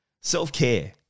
Self-care